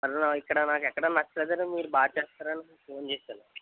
అది ఇక్కడ నాకెక్కడా నచ్చలేదని మీరు బాగా చేస్తారని మీకు ఫోన్ చేసాను